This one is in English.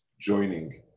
joining